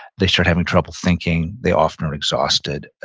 they start having trouble thinking, they often are exhausted,